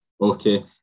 okay